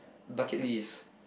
bucket list